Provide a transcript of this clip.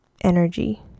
energy